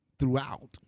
Throughout